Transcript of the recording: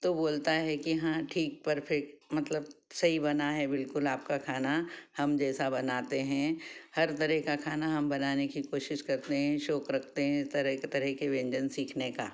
तो बोलता है कि हाँ ठीक परफेट मतलब सही बना है बिल्कुल आपका खाना हम जैसा बनाते हैं हर तरह का खाना हम बनाने की कोशिश करते हैं शौक़ रखते हैं तरह तरह के व्यंजन सीखने का